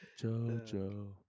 Jojo